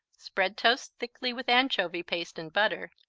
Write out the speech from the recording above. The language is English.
spread toast thickly with anchovy paste and butter,